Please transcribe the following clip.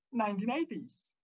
1980s